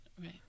Right